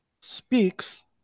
speaks